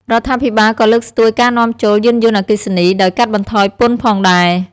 រដ្ឋាភិបាលក៏លើកស្ទួយការនាំចូលយានយន្តអគ្គីសនី ដោយកាត់បន្ថយពន្ធផងដែរ។